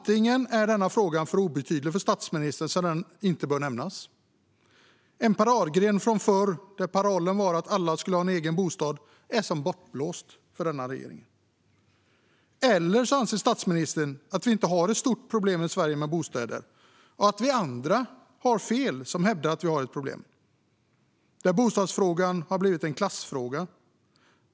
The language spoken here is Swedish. Den ena är att denna fråga är så obetydlig för statsministern att den inte bör nämnas. En paradgren från förr, där parollen var att alla skulle ha en egen bostad, är som bortblåst för denna regering. Den andra möjliga orsaken är att statsministern anser att vi i Sverige inte har ett stort problem med bostäder och att vi andra, som hävdar att vi har ett problem, har fel. Bostadsfrågan har blivit en klassfråga.